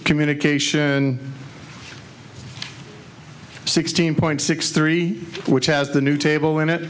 communication sixteen point six three which has the new table in